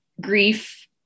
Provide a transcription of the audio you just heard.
grief